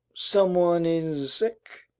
someone is sick?